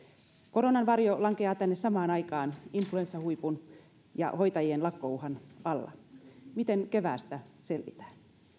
koronan varjo lankeaa tänne samaan aikaan influenssahuipun kanssa ja hoitajien lakkouhan alla miten keväästä selvitään